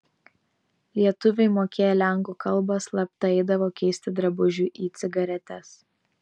lietuviai mokėję lenkų kalbą slapta eidavo keisti drabužių į cigaretes